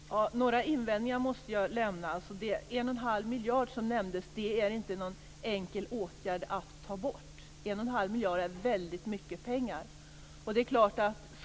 Herr talman! Några invändningar måste jag göra. 1 1⁄2 miljard, som nämndes, är det inte någon enkel åtgärd att ta bort. 1 1⁄2 miljard är väldigt mycket pengar.